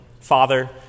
Father